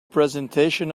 presentation